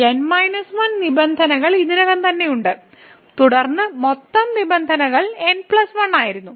N 1 നിബന്ധനകൾ ഇതിനകം തന്നെ ഉണ്ട് തുടർന്ന് മൊത്തം നിബന്ധനകൾ n 1 ആയിരുന്നു